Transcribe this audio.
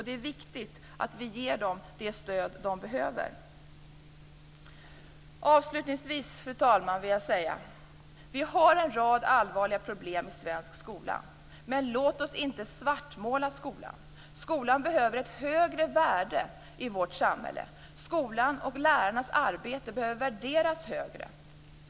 Det är viktigt att vi ger dem det stöd de behöver. Fru talman! Avslutningsvis vill jag säga följande. Vi har en rad allvarliga problem i svensk skola. Men låt oss inte svartmåla skolan. Skolan behöver ett högre värde i vårt samhälle. Skolan och lärarnas arbete behöver värderas högre.